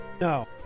no